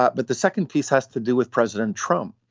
but but the second piece has to do with president trump.